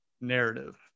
narrative